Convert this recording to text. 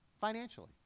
Financially